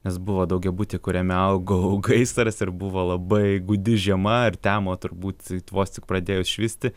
nes buvo daugiabuty kuriame augau gaisras ir buvo labai gūdi žiema ir temo turbūt vos tik pradėjus švisti